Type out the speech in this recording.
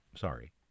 Sorry